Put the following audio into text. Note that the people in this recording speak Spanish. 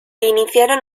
iniciaron